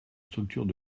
structures